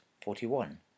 Forty-one